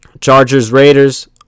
Chargers-Raiders